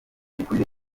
by’ukuri